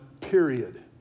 period